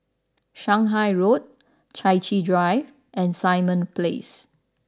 Shanghai Road Chai Chee Drive and Simon Place